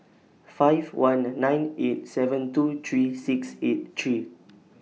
five one nine eight seven two three six eight three